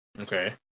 Okay